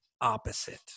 opposite